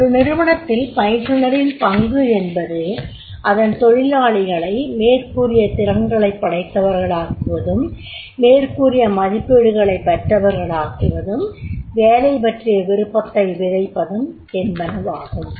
ஒரு நிறுவனத்தில் பயிற்றுனரின் பங்கு என்பது அதன் தொழிலாளிகளை மேற்கூறிய திறன்களைப் படைத்தவர்களாக்குவதும் மேற்கூறிய மதிப்பீடுகளைப் பெற்றவர்களாக்குவதும் வேலை பற்றிய விருப்பத்தை விதைப்பதும் என்பனவாகும்